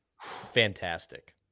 fantastic